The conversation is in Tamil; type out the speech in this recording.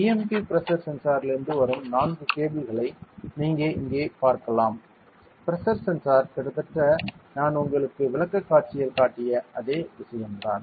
BMP பிரஷர் சென்சாரிலிருந்து வரும் நான்கு கேபிள்களை நீங்கள் இங்கே பார்க்கலாம் பிரஷர் சென்சார் கிட்டத்தட்ட நான் உங்களுக்கு விளக்கக்காட்சியில் காட்டிய அதே விஷயம்தான்